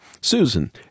Susan